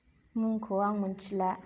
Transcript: मुंखौ आं मिनथिला